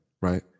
right